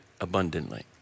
abundantly